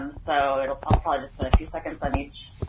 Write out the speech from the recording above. so, i'll probably just spend a few seconds on each.